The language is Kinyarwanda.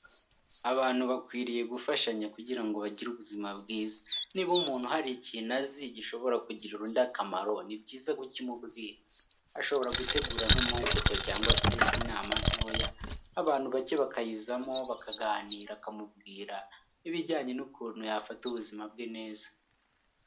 Abantu bakwiriye gufashanya kugira ngo bagire ubuzima bwiza. Niba umuntu hari ikintu azi gishobora kugirira undi akamaro ni byiza kukimubwira. Ashobora gutegura nk'amahugurwa cyangwa se inama ntoya, abantu bacye bakayizamo, bakaganira akamubwira ibijyanye n'ukuntu yafata ubuzima bwe neza.